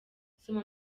soma